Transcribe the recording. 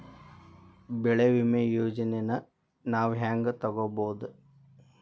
ಬೆಳಿ ವಿಮೆ ಯೋಜನೆನ ನಾವ್ ಹೆಂಗ್ ತೊಗೊಬೋದ್?